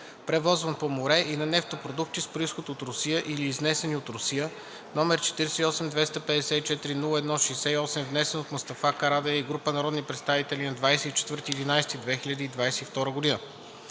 превозван по море, и на нефтопродукти с произход от Русия или изнесени от Русия, № 48-254-01-68, внесен от Мустафа Карадайъ и група народни представители на 24 ноември 2022 г.